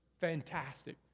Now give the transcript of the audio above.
Fantastic